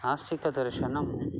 नास्तिकदर्शनं